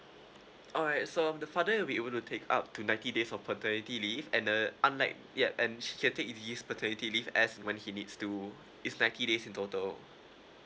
alright so um the father'll be able to take up to ninety days of paternity leave and the unlike yeah and he can take these paternity leave as and when he needs to it's ninety days in total